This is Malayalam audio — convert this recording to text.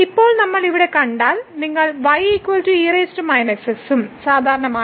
ഇപ്പോൾ നമ്മൾ ഇവിടെ കണ്ടാൽ നിങ്ങൾ ഉം സാധാരണമാണ്